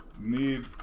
need